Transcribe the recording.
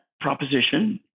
proposition